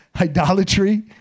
Idolatry